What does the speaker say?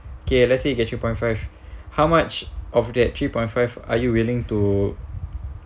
okay let's say you get three point five how much of that three point five are you willing to